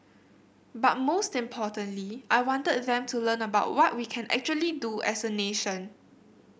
but most importantly I wanted them to learn about what we can actually do as a nation